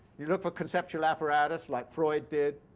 you look for conceptual apparatus like freud did.